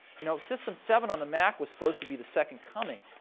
you know, system seven on the mac was supposed to be the second coming.